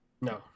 No